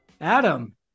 Adam